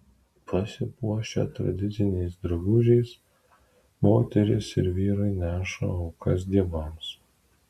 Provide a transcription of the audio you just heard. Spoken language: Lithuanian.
pasipuošę tradiciniais drabužiais moterys ir vyrai neša aukas dievams